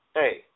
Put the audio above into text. hey